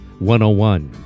101